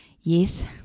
Yes